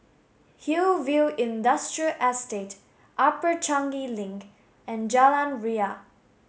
Hillview Industrial Estate Upper Changi Link and Jalan Ria